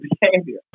behavior